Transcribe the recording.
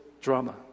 drama